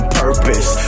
purpose